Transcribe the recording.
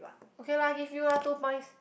okay lah give you lah two points